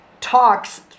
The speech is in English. talks